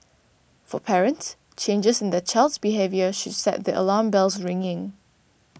for parents changes in their child's behaviour should set the alarm bells ringing